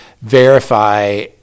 verify